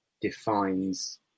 Defines